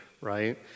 right